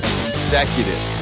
consecutive